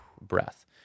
breath